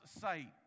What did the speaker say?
sight